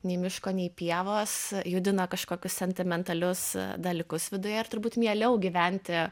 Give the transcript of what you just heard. nei miško nei pievos judina kažkokius sentimentalius dalykus viduje ir turbūt mieliau gyventi